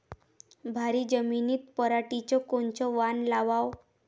भारी जमिनीत पराटीचं कोनचं वान लावाव?